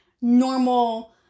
normal